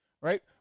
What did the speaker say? Right